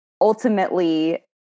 ultimately